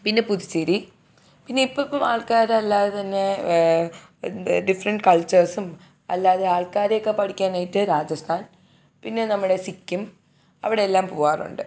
പിന്നെ പുതുച്ചേരി പിന്നെ ഇപ്പയിപ്പം ആൾക്കാർ അല്ലാതെതന്നെ എന്താ ഡിഫറെൻ്റ് കൾച്ചേർസും അല്ലാതെ ആൾക്കാരെയൊക്കെ പഠിക്കാനായിട്ട് രാജസ്ഥാൻ പിന്നെ നമ്മുടെ സിക്കിം അവിടെയെല്ലാം പോവാറുണ്ട്